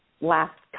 last